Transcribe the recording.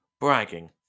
bragging